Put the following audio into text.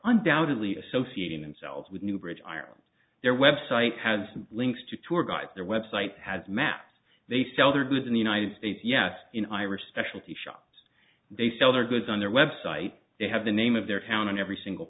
undoubtedly associating themselves with new bridge aren't their website has links to tour guides their website has maps they sell their goods in the united states yes in irish specialty shops they sell their goods on their website they have the name of their town on every single